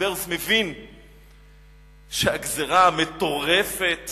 טיבריוס מבין שהגזירה המטורפת